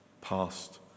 past